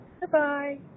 Goodbye